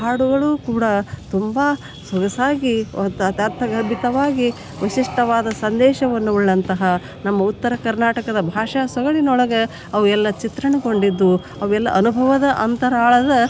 ಹಾಡುಗಳು ಕೂಡ ತುಂಬಾ ಸೊಗಸಾಗಿ ಅರ್ಥಗರ್ಭಿತವಾಗಿ ವಿಶಿಷ್ಟವಾದ ಸಂದೇಶವನ್ನು ಉಳ್ಳಂತಹ ನಮ್ಮ ಉತ್ತರ ಕರ್ನಾಟಕದ ಭಾಷಾ ಸೊಗಡಿನೊಳಗ ಅವು ಎಲ್ಲ ಚಿತ್ರಣಗೊಂಡಿದ್ದು ಅವೆಲ್ಲ ಅನುಭವದ ಅಂತರಾಳದ